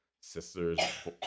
sister's